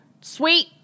Sweet